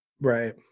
Right